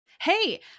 Hey